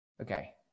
okay